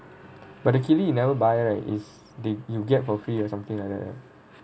but the keelee you never buy right is the~ you get for free or something like that